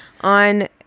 on